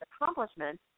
accomplishments